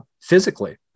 physically